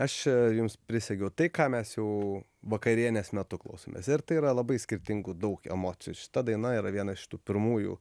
aš jums prisegiau tai ką mes jau vakarienės metu klausomės ir tai yra labai skirtingų daug emocijų šita daina yra viena iš tų pirmųjų